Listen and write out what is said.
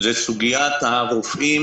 היא סוגיית הרופאים